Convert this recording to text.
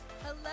Hello